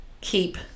keep